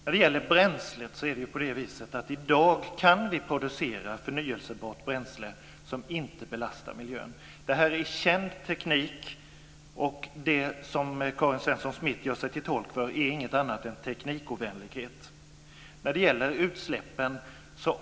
Fru talman! När det gäller bränslet kan vi i dag producera förnyelsebart bränsle som inte belastar miljön. Det här är känd teknik, och det som Karin Svensson Smith gör sig till tolk för är inget annat än teknikfientlighet. Sedan gäller det utsläppen.